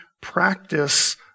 practice